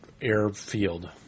airfield